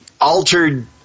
Altered